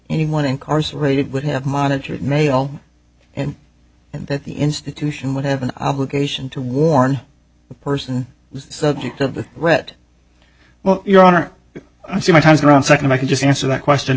anyone incarcerated would have monitored mail and that the institution would have an obligation to warn the person subject of the threat well your honor i sometimes around second i can just answer that question